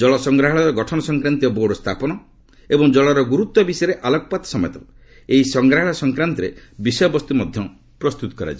ଜଳ ସଂଗ୍ରହାଳୟ ଗଠନ ସଂକ୍ରାନ୍ତୀୟ ବୋର୍ଡ଼ ସ୍ଥାପନ ଏବଂ ଜଳର ଗୁରୁତ୍ୱ ବିଷୟରେ ଆଲୋକପାତ ସମେତ ଏହି ସଂଗ୍ରହାଳୟ ସଂକ୍ରାନ୍ତରେ ବିଷୟବସ୍ତୁ ପ୍ରସ୍ତୁତ କରାଯିବ